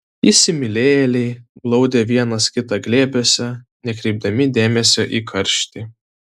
įsimylėjėliai glaudė vienas kitą glėbiuose nekreipdami dėmesio į karštį